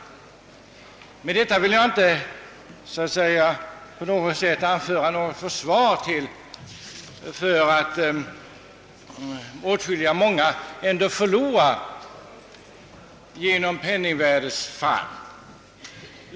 Med det anförda har jag inte på något sätt velat försvara något som gör att många människor förlorar på penningvärdets fall.